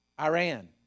Iran